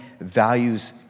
values